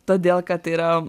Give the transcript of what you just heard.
todėl kad tai yra